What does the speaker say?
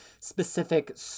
specific